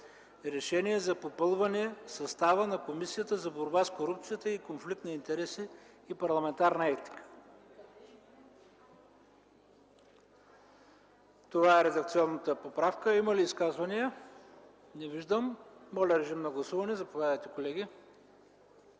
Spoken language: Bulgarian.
„РЕШЕНИЕ за попълване състава на Комисията за борба с корупцията и конфликт на интереси и парламентарна етика”. Това е редакционната поправка. Има ли изказвания? Не виждам. Подлагам на гласуване предложения